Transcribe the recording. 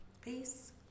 peace